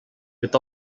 with